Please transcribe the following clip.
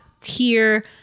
tier